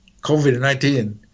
COVID-19